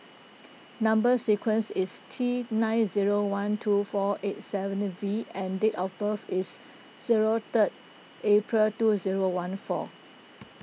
Number Sequence is T nine zero one two four eight seven and V and date of birth is zero third April two zero one four